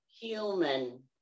human